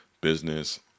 business